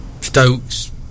Stokes